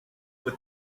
but